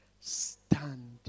stand